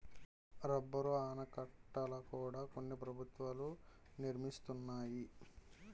rubber ఆనకట్టల కూడా కొన్ని ప్రభుత్వాలు నిర్మిస్తున్నాయి